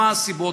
מה הסיבות,